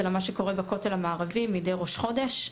אלא מה שקורה בכותל המערבי מידי ראש חודש,